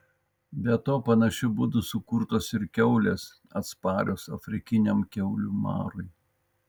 be to panašiu būdu sukurtos ir kiaulės atsparios afrikiniam kiaulių marui